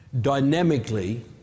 dynamically